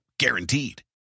Guaranteed